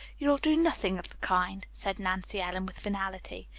you'll do nothing of the kind, said nancy ellen, with finality.